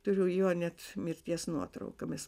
turiu jo net mirties nuotrauką mes